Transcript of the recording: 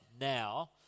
now